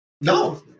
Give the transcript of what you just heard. No